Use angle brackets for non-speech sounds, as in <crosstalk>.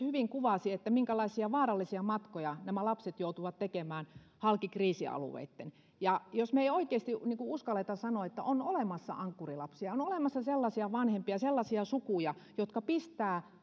<unintelligible> hyvin kuvasi minkälaisia vaarallisia matkoja nämä lapset joutuvat tekemään halki kriisialueitten jos me emme oikeasti uskalla ääneen sanoa että on olemassa ankkurilapsia on on olemassa sellaisia vanhempia ja sellaisia sukuja jotka pistävät